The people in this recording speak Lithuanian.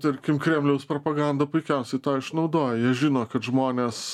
tarkim kremliaus propaganda puikiausiai išnaudoja jie žino kad žmonės